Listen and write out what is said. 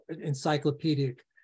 encyclopedic